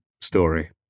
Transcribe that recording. story